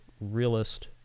realist